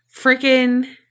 freaking